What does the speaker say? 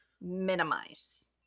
minimize